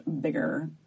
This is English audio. bigger